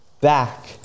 back